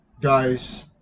guys